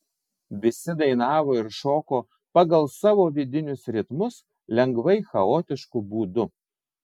visi dainavo ir šoko pagal savo vidinius ritmus lengvai chaotišku būdu